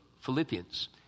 Philippians